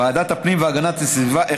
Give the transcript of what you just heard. ועדת הפנים והגנת הסביבה,